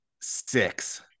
six